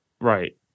Right